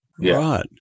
Right